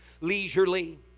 leisurely